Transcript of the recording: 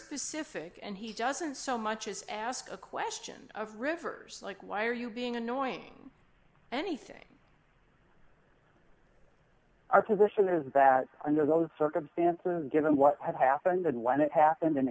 specific and he doesn't so much as ask a question of rivers like why are you being annoying anything our position is that under those circumstances given what had happened and when it happened